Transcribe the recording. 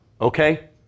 Okay